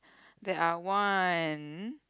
there are one